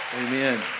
Amen